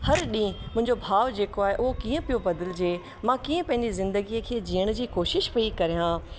हर ॾींहुं मुंहिंजो भाव जेको आहे उहो कीअं पियो बदिलजे मां कीअं पंहिंजी ज़िंदगी खे जीअण जी कोशिश पई कयां